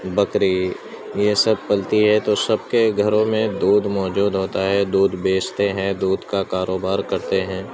بکری یہ سب پلتی ہے تو سب کے گھروں میں دودھ موجود ہوتا ہے دودھ بیچتے ہیں دودھ کا کاروبار کرتے ہیں